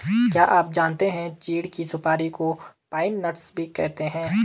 क्या आप जानते है चीढ़ की सुपारी को पाइन नट्स भी कहते है?